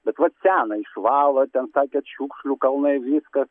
bet vat seną išvalo ten sakė šiukšlių kalnai viskas